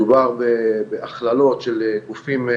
מדובר בהכללות של גופים,